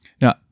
Now